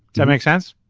that makes sense.